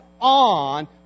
on